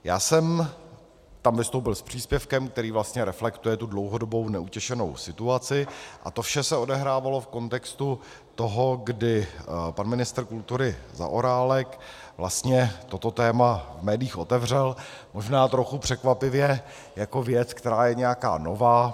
Já jsem tam vystoupil s příspěvkem, který vlastně reflektuje tu dlouhodobou neutěšenou situaci, a to vše se odehrávalo v kontextu toho, kdy pan ministr kultury Zaorálek vlastně toto téma v médiích otevřel možná trochu překvapivě jako věc, která je nějaká nová.